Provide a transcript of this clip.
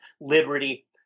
liberty